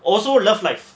also love life